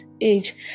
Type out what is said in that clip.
age